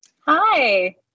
Hi